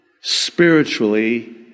spiritually